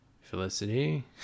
Felicity